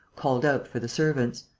called out for the servants.